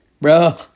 bro